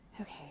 okay